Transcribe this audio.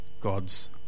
God's